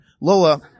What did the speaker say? Lola